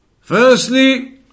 firstly